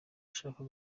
ashaka